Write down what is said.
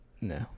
no